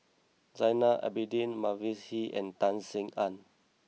Zainal Abidin Mavis Hee and Tan Sin Aun